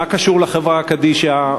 מה קשור לחברה קדישא,